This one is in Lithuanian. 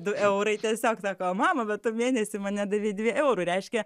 du eurai tiesiog sako mama bet tu mėnesį man nedavei dviejų eurų reiškia